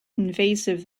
invasive